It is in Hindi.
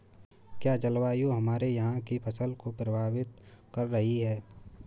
क्या जलवायु हमारे यहाँ की फसल को प्रभावित कर रही है?